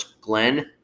Glenn